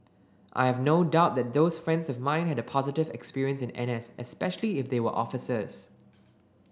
I have no doubt that those friends of mine had a positive experience in NS especially if they were officers